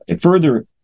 further